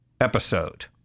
episode